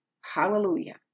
Hallelujah